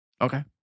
Okay